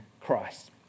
Christ